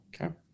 Okay